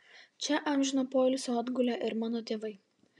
čia amžino poilsio atgulę ir mano tėvai